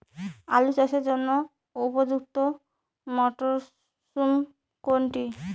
আলু চাষের জন্য উপযুক্ত মরশুম কোনটি?